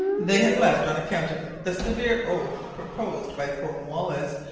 they had left on account of the severe oath proposed by cornwallis,